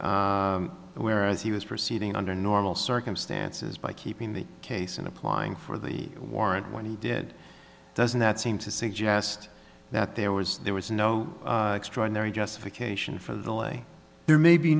months whereas he was proceeding under normal circumstances by keeping the case and applying for the warrant when he did doesn't that seem to suggest that there was there was no extraordinary justification for the lay